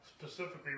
specifically